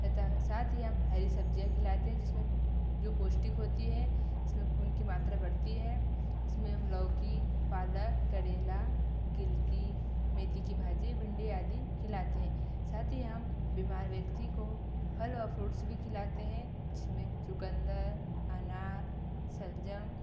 तथा साथ ही हम हरी सब्ज़ियाँ खिलाते हैं जिसमें जो पौष्टिक होती है इसमें खून की मात्रा बढ़ती है इसमें लौकी पालक करेला गिलकी मेथी की भाजी भिंडी आदि खिलाते हैं साथ ही हम बीमार व्यक्ति को फल और फ्रूट्स भी खिलाते हैं जिसमें चुकंदर अनार शलजम